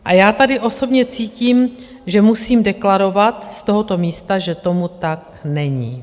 A já tady osobně cítím, že musím deklarovat z tohoto místa, že tomu tak není.